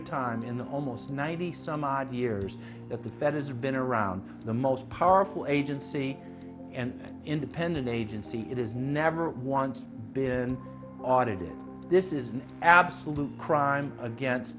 of time in almost ninety some odd years that the fed has been around the most powerful agency and independent agency it is never once been audited this is an absolute crime against